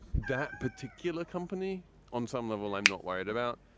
that particular company on some level i'm not worried about.